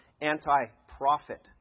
anti-profit